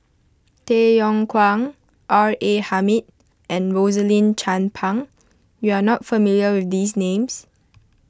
Tay Yong Kwang R A Hamid and Rosaline Chan Pang you are not familiar with these names